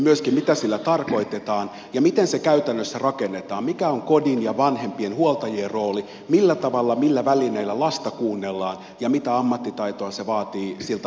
mitä sillä tarkoitetaan ja miten se käytännössä rakennetaan mikä on kodin ja vanhempien huoltajien rooli millä tavalla millä välineillä lasta kuunnellaan ja mitä ammattitaitoa se vaatii siltä ammattilaiselta joka tuon varhaiskasvatussuunnitelman rakentaa